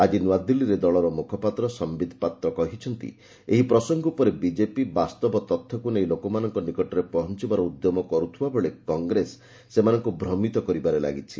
ଆଜି ନୂଆଦିଲ୍ଲୀରେ ଦଳର ମୁଖପାତ୍ର ସମ୍ଭିତ୍ ପାତ୍ର କହିଛନ୍ତି ଏହି ପ୍ରସଙ୍ଗ ଉପରେ ବିଜେପି ବାସ୍ତବ ତଥ୍ୟକୁ ନେଇ ଲୋକମାନଙ୍କ ନିକଟରେ ପହଞ୍ଚବାର ଉଦ୍ୟମ କରୁଥିବାବେଳେ କଂଗ୍ରେସ ସେମାନଙ୍କୁ ଭ୍ରମିତ କରିବାରେ ଲାଗିଛି